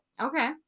Okay